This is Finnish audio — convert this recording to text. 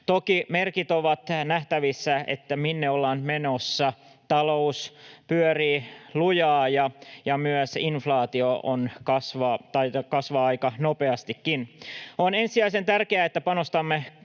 Toki merkit ovat nähtävissä, minne ollaan menossa. Talous pyörii lujaa, ja myös inflaatio kasvaa aika nopeastikin. On ensisijaisen tärkeää, että panostamme